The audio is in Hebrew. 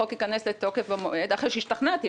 החוק ייכנס לתוקף במועד אחרי שהשתכנעתי.